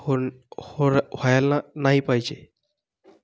hole होर व्हायला नाही पाहिजे